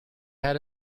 had